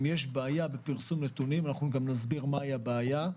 אם יש בעיה בפרסום נתונים אנחנו גם נסביר מה הבעיה.